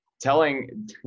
telling